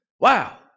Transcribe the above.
wow